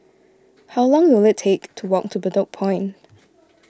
how long will it take to walk to Bedok Point